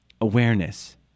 awareness